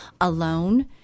alone